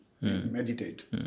meditate